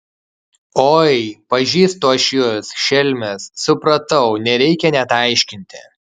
oi pažįstu aš jus šelmes supratau nereikia net aiškinti